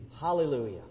Hallelujah